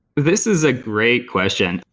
this is a great question.